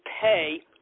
pay